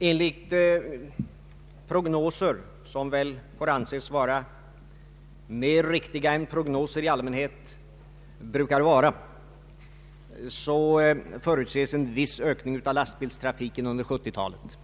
Enligt prognoser, som väl får anses vara mer riktiga än prognoser i allmänhet brukar vara, förutses en viss ökning av lastbilstrafiken under 1970-talet.